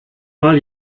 mal